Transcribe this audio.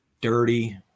dirty